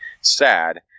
Sad